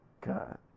God